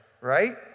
right